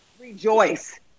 Rejoice